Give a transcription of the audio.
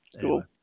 Cool